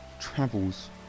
travels